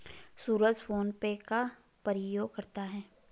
सूरज PhonePe का प्रयोग करता है